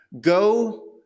go